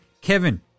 Kevin